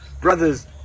Brothers